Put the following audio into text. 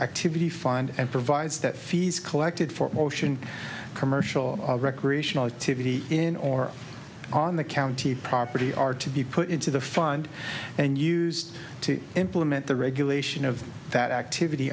activity find and provides that fees collected for ocean commercial recreational activity in or on the county property are to be put into the fund and used to implement the regulation of that activity